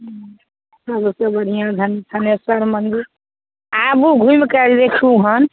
हुँ सबसँ बढ़िआँ धन थनेसर मन्दिर आबू घुमिके देखू हँ